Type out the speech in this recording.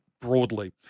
broadly